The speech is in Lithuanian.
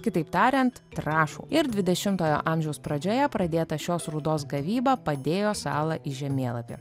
kitaip tariant trąšų ir dvidešimtojo amžiaus pradžioje pradėta šios rūdos gavyba padėjo salą į žemėlapį